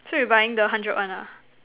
so you buying the hundred one ah